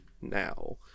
now